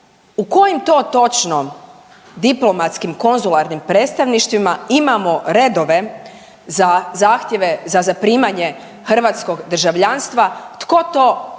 u kojem to točno diplomatsko-konzularnim predstavništvima imamo redove za zahtjeve za zaprimanje hrvatskog državljanstva? Tko to